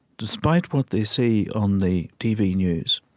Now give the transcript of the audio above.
despite what they see on the tv news,